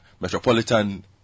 Metropolitan